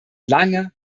lange